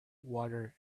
water